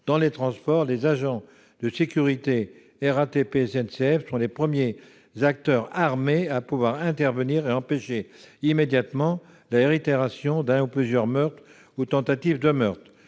dans les transports, les agents de sécurité de la RATP et de la SNCF sont les premiers acteurs armés à pouvoir intervenir et empêcher immédiatement la réitération d'un ou de plusieurs meurtres ou tentatives de meurtre.